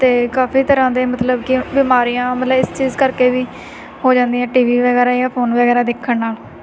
ਅਤੇ ਕਾਫੀ ਤਰ੍ਹਾਂ ਦੇ ਮਤਲਬ ਕਿ ਬਿਮਾਰੀਆਂ ਮਤਲਬ ਇਸ ਚੀਜ਼ ਕਰਕੇ ਵੀ ਹੋ ਜਾਂਦੀਆਂ ਟੀਵੀ ਵਗੈਰਾ ਜਾਂ ਫੋਨ ਵਗੈਰਾ ਦੇਖਣ ਨਾਲ